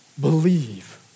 believe